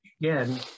again